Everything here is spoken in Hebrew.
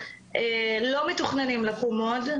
לא מתוכננים לקום עוד,